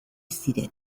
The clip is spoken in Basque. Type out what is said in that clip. ziren